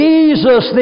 Jesus